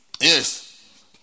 Yes